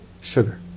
sugar